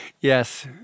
Yes